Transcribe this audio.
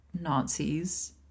Nazis